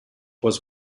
was